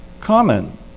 Common